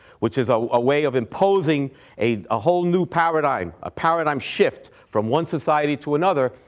which is ah a way of imposing a a whole new paradigm, a paradigm shift from one society to another,